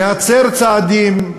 להצר צעדים,